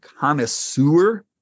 connoisseur